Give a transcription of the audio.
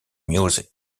music